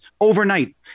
overnight